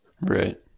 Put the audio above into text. right